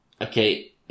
okay